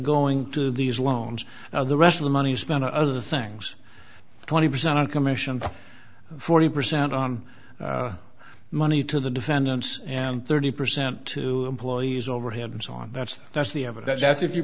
going to these loans now the rest of the money is spent on other things twenty percent on commission forty percent on money to the defendants and thirty percent to employees overhead and so on that's that's the evidence that's if you